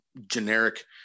generic